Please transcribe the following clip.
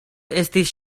estis